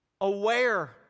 aware